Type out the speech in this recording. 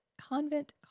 Convent